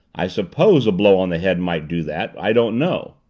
i suppose a blow on the head might do that, i don't know.